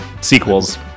sequels